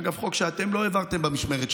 אגב, חוק שאתם לא העברתם במשמרת שלכם.